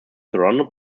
surrounded